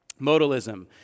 Modalism